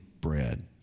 bread